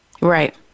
Right